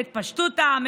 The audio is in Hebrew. את פשטות העם,